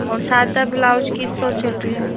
और सादा ब्लाउज की सौ चल रही है